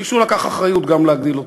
מישהו לקח אחריות גם להגדיל אותו.